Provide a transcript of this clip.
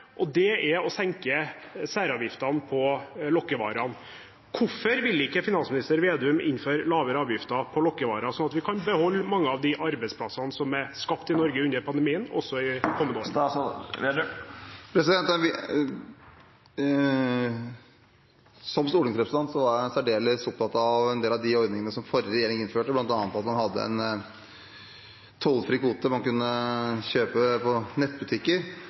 og det er å senke særavgiftene på lokkevarene. Hvorfor vil ikke finansminister Slagsvold Vedum innføre lavere avgifter på lokkevarer, sånn at vi kan beholde mange av de arbeidsplassene som er skapt i Norge under pandemien, også i kommende år? Som stortingsrepresentant var jeg særdeles opptatt av en del av de ordningene som forrige regjering innførte, bl.a. at man hadde en tollfri kvote man kunne handle for på